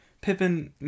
Pippin